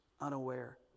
unaware